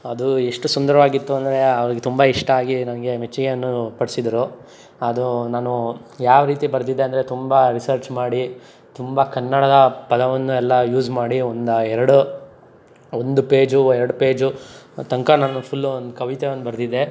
ಅದು ಎಷ್ಟು ಸುಂದರವಾಗಿತ್ತು ಅಂದರೆ ಅವ್ರಿಗೆ ತುಂಬ ಇಷ್ಟ ಆಗಿ ನನಗೆ ಮೆಚ್ಚುಗೆಯನ್ನು ಪಡಿಸಿದ್ರು ಅದು ನಾನು ಯಾವ ರೀತಿ ಬರೆದಿದ್ದೆ ಅಂದರೆ ತುಂಬ ರಿಸರ್ಚ್ ಮಾಡಿ ತುಂಬ ಕನ್ನಡದ ಪದವನ್ನು ಎಲ್ಲ ಯೂಸ್ ಮಾಡಿ ಒಂದು ಎರಡು ಒಂದು ಪೇಜು ಎರಡು ಪೇಜು ತನಕ ನಾನು ಫುಲ್ಲು ಒಂದು ಕವಿತೆ ಒಂದು ಬರೆದಿದ್ದೆ